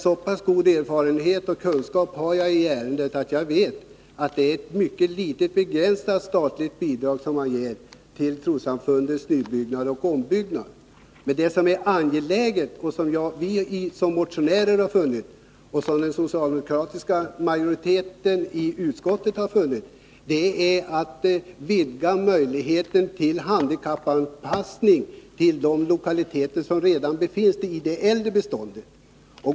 Så pass stor erfarenhet och kunskap har jag i ärendet att jag vet att det är ett mycket begränsat statligt bidrag som man ger till trossamfunden för nybyggnad och ombyggnad. Men det angelägna, vilket jag som motionär har funnit och vilket den socialdemokratiska majoriteten har funnit, är att vidga möjligheten till handikappanpassning av de lokaliteter som redan finns i det äldre beståndet.